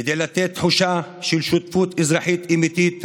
כדי לתת תחושה של שותפות אזרחית אמיתית,